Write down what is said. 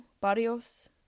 Barrios